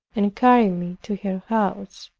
and carried me to her house.